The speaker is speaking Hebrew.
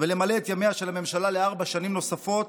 ולמלא את ימיה של הממשלה לארבע שנים נוספות,